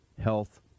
health